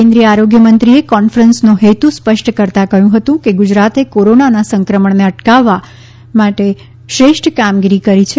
કેન્દ્રીય આરોગ્યમંત્રીશ્રીએ કોન્ફરન્સનો હેતુ સ્પષ્ટ કરતાં કહ્યું કે ગુજરાતે કોરોનાના સંક્રમણને અટકાવવા માટે શ્રેષ્ઠ કામગીરી કરી છે